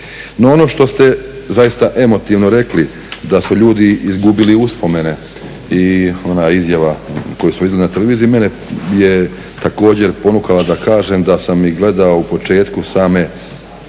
ono što ste zaista emotivno rekli da su ljudi izgubili uspomene i ona izjava koju smo iznijeli na televiziji mene je također ponukala da kažem da sam gledao u početku te